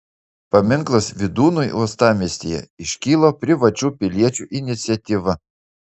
paminklas vydūnui uostamiestyje iškilo privačių piliečių iniciatyva